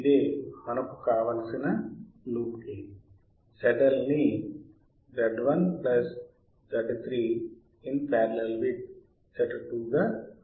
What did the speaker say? ఇదే మనకి కావలసిన లూప్ గెయిన్ ZL విలువని గా రాయవచ్చు